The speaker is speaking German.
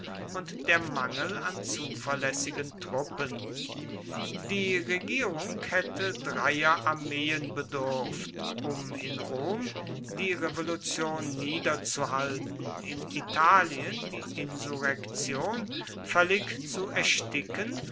und der mangel an zuverlässigen truppen die regierung hätte dreier armeen bedurft um in rom die revolution niederzuhalten in italien die insurrektion völlig zu ersticken